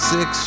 Six